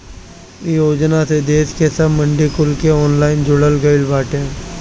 इ योजना से देस के सब मंडी कुल के ऑनलाइन जोड़ल गईल बाटे